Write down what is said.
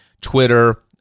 Twitter